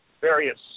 various